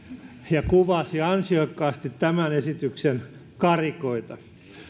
ja kuvasi ansiokkaasti tämän esityksen karikoita